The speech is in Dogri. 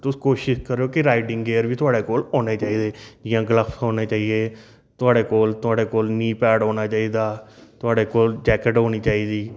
तुस कोशिश करो कि राइडिंग गिअर बी थोआड़े कोल होने चाहिदे जां गलब्स होने चाहिदे थुआढ़े कोल थुआढ़े कोल नी पैड होना चाहिदा थुआढ़े कोल जैकेट होनी चाहिदी